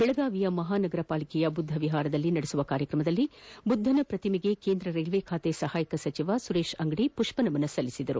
ಬೆಳಗಾವಿಯ ಮಹಾನಗರ ಪಾಲಿಕೆಯ ಬುದ್ದ ವಿಷಾರದಲ್ಲಿ ನಡೆದ ಕಾರ್ಯಕ್ರಮದಲ್ಲಿ ಬುದ್ದನ ಪ್ರತಿಮೆಗೆ ಕೇಂದ್ರ ರೈಲ್ವೆ ಖಾತೆ ಸಹಾಯಕ ಸಚಿವ ಸುರೇಶ್ ಅಂಗಡಿ ಪುಷ್ಪನಮನ ಸಲ್ಲಿಸಿದರು